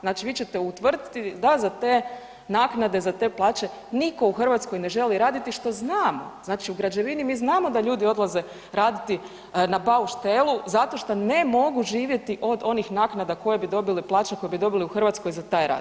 Znači vi ćete utvrditi da za te naknade, za te plaće nitko u Hrvatskoj ne želi raditi što znamo, znači u građevini mi znamo da ljudi odlaze raditi na bauštelu zato što ne mogu živjeti od onih naknada koje bi dobili plaće, koje bi dobili u Hrvatskoj za taj rad.